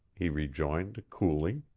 he rejoined, coolly.